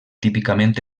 típicament